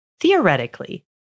Theoretically